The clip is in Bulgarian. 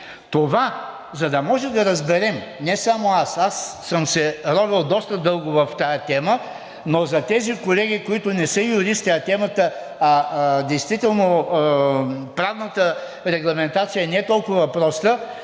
Това, за да можем да разберем – не само аз, аз съм се ровил доста дълго в тази тема, но за тези колеги, които не са юристи, а темата, действително, правната регламентация не е толкова проста,